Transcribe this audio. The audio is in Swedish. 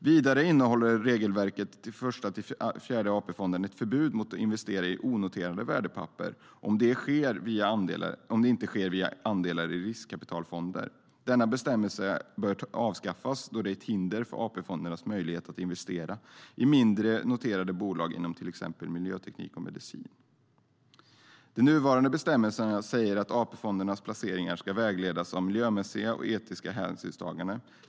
Vidare innehåller regelverket i Första till Fjärde AP-fonderna ett förbud mot att investera i onoterade värdepapper om det inte sker via andelar i riskkapitalfonder. Denna bestämmelse bör avskaffas då den är ett hinder för AP-fondernas möjlighet att investera i mindre, noterade bolag inom till exempel miljöteknik och medicin. De nuvarande bestämmelserna säger att AP-fondernas placeringar ska vägledas av miljömässiga och etiska hänsynstaganden.